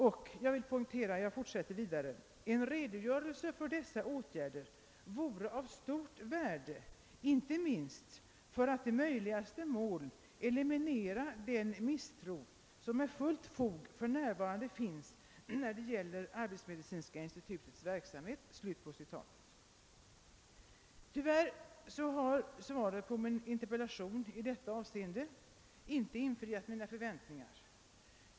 Det heter i fortsättningen följande, vilket jag vill poängtera: »En redovisning för dessa åtgärder vore av stort värde, inte minst för att i möjligaste mån eliminera den misstro som med fullt fog för närvarande finns när det gäler arbetsmedicinska institutets verksamhet.» Tyvärr har svaret på min interpellation i detta avseende inte infriat mina förväntningar.